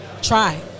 try